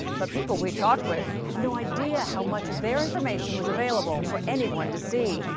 but people we talked with had no idea how much of their information was available for anyone to see.